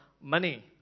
money